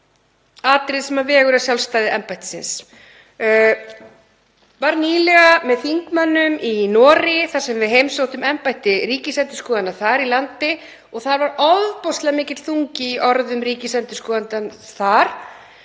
Ég var nýlega með þingmönnum í Noregi þar sem við heimsóttum embætti ríkisendurskoðanda þar í landi og þar var ofboðslega mikill þungi í orðum ríkisendurskoðanda þar